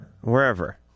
Wherever